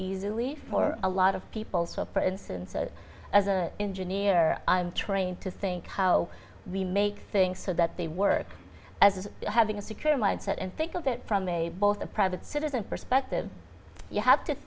easily for a lot of people so for instance or as an engineer i'm trained to think how we make things so that they work as having a secure mindset and think of it from a both a private citizen perspective you have to